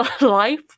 life